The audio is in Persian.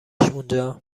اونجا